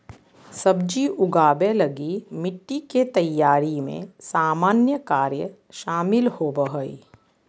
सब्जी उगाबे लगी मिटटी के तैयारी में सामान्य कार्य शामिल होबो हइ